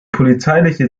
polizeiliche